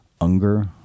Unger